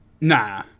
nah